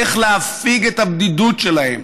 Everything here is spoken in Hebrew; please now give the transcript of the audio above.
איך להפיג את הבדידות שלהם,